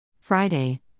Friday